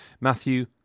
Matthew